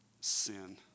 sin